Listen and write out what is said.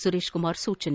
ಸುರೇಶ್ ಕುಮಾರ್ ಸೂಚನೆ